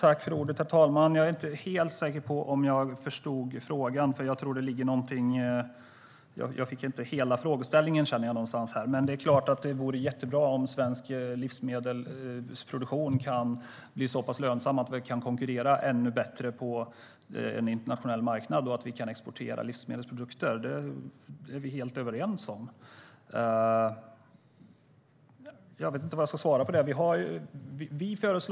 Herr talman! Jag är inte helt säker på att jag förstod frågan. Jag fick inte hela frågeställningen, känner jag. Men det är klart att det vore jättebra om svensk livsmedelsproduktion kunde bli lönsammare och vi kunde konkurrera ännu bättre på en internationell marknad och exportera livsmedelsprodukter. Det är vi helt överens om. Jag vet inte riktigt vad jag ska svara i övrigt.